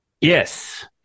Yes